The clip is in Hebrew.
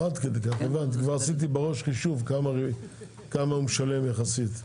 הבנתי, כבר עשיתי בראש חישוב כמה הוא משלם יחסית.